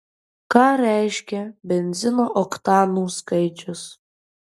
ką reiškia benzino oktanų skaičius